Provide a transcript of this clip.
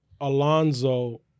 Alonso